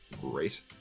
great